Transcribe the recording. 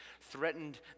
threatened